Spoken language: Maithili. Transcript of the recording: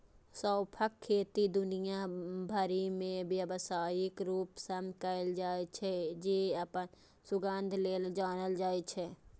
सौंंफक खेती दुनिया भरि मे व्यावसायिक रूप सं कैल जाइ छै, जे अपन सुगंध लेल जानल जाइ छै